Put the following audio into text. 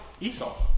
Esau